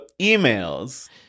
emails